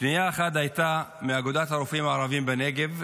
פנייה אחת הייתה מאגודת הרופאים הערבים בנגב,